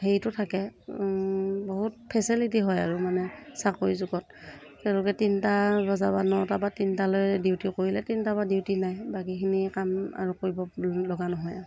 হেৰিটো থাকে বহুত ফেচেলেটি হয় আৰু মানে চাকৰি যুগত তেওঁলোকে তিনিটা বজাৰ পৰা নটাৰ পৰা তিনিটালৈ ডিউটি কৰিলে তিনিটাৰ পৰা ডিউটি নাই বাকীখিনি কাম আৰু কৰিব লগা নহয় আৰু